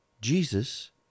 Jesus